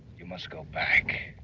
you must go back.